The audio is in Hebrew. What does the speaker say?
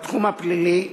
בתחום הפלילי,